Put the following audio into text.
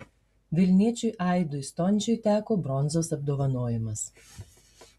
vilniečiui aidui stončiui teko bronzos apdovanojimas